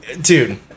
Dude